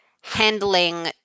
handling